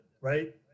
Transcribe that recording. right